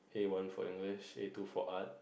A one for English A two for Art